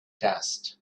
dust